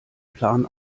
plan